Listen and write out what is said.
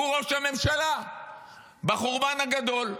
הוא ראש הממשלה בחורבן הגדול.